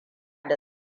da